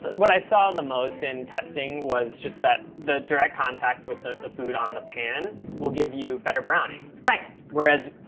what i saw and the most in testing was just that the direct contact with ah the food on the pan will give you better browning. right. whereas,